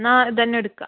എന്നാൽ ഇതുതന്നെ എടുക്കാം